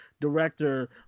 director